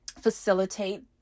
facilitate